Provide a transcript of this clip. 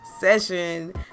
session